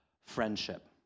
friendship